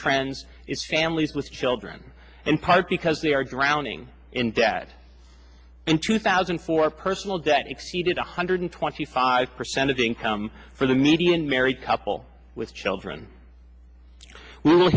trends is families with children in part because they are drowning in debt in two thousand for personal debt exceeded one hundred twenty five percent of income for the median married couple with children w